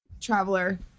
Traveler